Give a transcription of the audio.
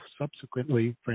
subsequently